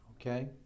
okay